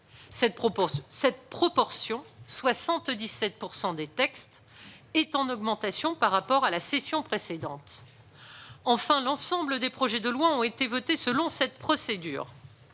Cette proportion est en augmentation par rapport à la session précédente. J'ajoute que l'ensemble des projets des lois ont été votés selon cette procédure.